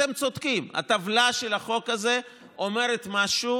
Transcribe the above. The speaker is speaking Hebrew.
אתם צודקים, הטבלה של החוק הזה אומרת משהו